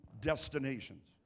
destinations